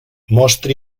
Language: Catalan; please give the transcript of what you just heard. mostra